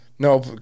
No